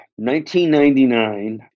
1999